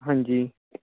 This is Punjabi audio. ਹਾਂਜੀ